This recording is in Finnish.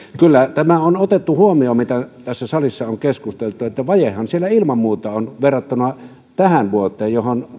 kyllä tämä on otettu huomioon mitä tässä salissa on keskusteltu että vajehan siellä ilman muuta on verrattuna tähän vuoteen